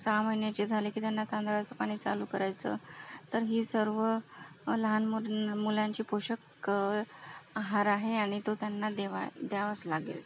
सहा महिन्याची झाले की त्यांना तांदळाचं पाणी चालू करायचं तर ही सर्व लहान मुलं मुलांची पोषक आहार आहे आणि तो त्यांना देवा द्यावाच लागेल